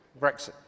Brexit